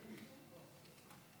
שמית?